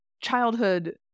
childhood